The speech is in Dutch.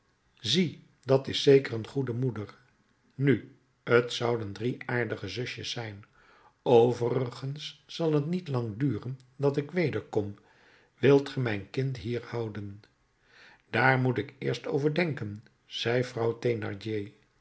zie dat is zeker een goede moeder nu t zouden drie aardige zusjes zijn overigens zal t niet lang duren dat ik wederkom wilt ge mijn kind hier houden daar moet ik eerst over denken zei vrouw